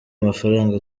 amafaranga